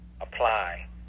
Apply